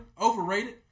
Overrated